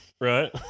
right